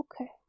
okay